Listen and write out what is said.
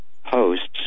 hosts